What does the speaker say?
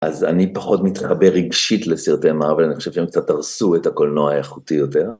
אז אני פחות מתחבר רגשית לסרטי אימה, אבל אני חושב שהם קצת הרסו את הקולנוע האיכותי יותר.